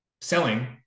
selling